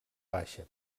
baixa